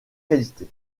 qualité